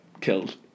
killed